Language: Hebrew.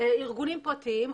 ארגונים פרטיים,